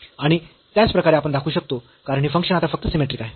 आणि त्याचप्रकारे आपण दाखवू शकतो कारण हे फंक्शन आता फक्त सिमेट्रिक आहे